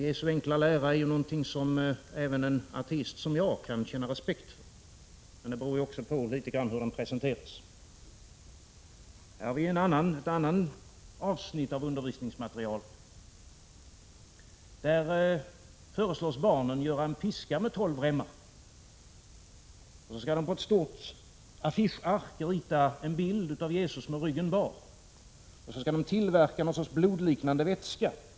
Jesu enkla lära är ju någonting som även en ateist som jag kan känna respekt för. Men det beror också litet grand på hur den presenteras. Jag har här ytterligare ett avsnitt av undervisningsmaterialet. Däri föreslås barnen göra en piska med tolv remmar. Barnen skall därefter på ett stort affischark rita en bild av Jesus med ryggen bar och vidare tillverka någon sorts blodliknande vätska.